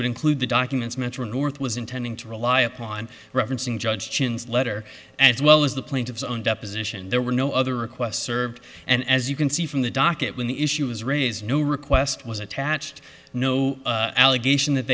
would include the documents metro north was intending to rely upon referencing judge chin's letter as well as the plaintiff's own deposition there were no other requests served and as you can see from the docket when the issue was raised no request was attached no allegation that